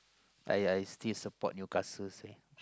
I I still support Newcastle seh